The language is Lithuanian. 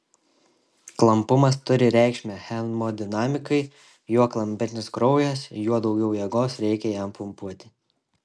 klampumas turi reikšmę hemodinamikai juo klampesnis kraujas juo daugiau jėgos reikia jam pumpuoti